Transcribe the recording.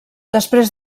després